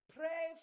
pray